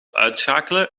uitschakelen